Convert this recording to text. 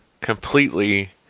completely